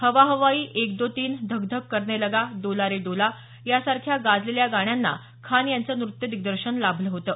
हवा हवाई एक दो तीन धक धक करने लगा डोला रे डोला यासारख्या गाजलेल्या गाण्यांना खान यांचं नृत्य दिग्दर्शन लाभलं होतं